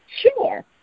sure